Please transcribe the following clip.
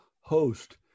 host